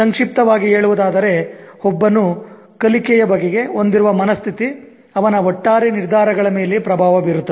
ಸಂಕ್ಷಿಪ್ತವಾಗಿ ಹೇಳುವುದಾದರೆ ಒಬ್ಬನು ಕಲಿಕೆಯ ಬಗೆಗೆ ಹೊಂದಿರುವ ಮನಸ್ಥಿತಿ ಅವನ ಒಟ್ಟಾರೆ ನಿರ್ಧಾರಗಳ ಮೇಲೆ ಪ್ರಭಾವ ಬೀರುತ್ತದೆ